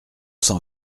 cent